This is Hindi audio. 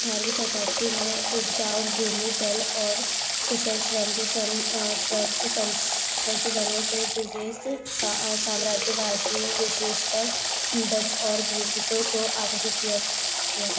अठारवीं शताब्दी में उपजाऊ भूमि जल और कुशल श्रम के सम श्रप्त संसाधनों ने विदेश सा साम्राज्यवासियों विशेषकर डच और ब्रिटिशों को आकर्षित किया किया था